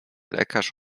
lekarz